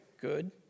Good